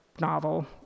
novel